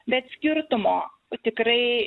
bet skirtumo tikrai